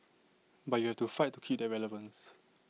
but you have to fight to keep that relevance